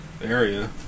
area